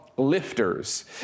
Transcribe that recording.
Lifters